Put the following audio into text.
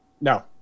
No